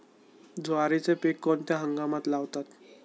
ज्वारीचे पीक कोणत्या हंगामात लावतात?